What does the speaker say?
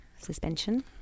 suspension